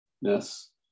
yes